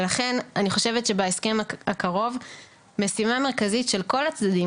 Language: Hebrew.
ולכן אני חושבת שבהסכם הקרוב משימה מרכזית של כל הצדדים,